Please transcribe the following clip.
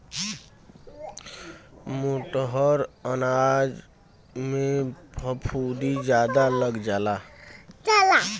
मोटहर अनाजन में फफूंदी जादा लग जाला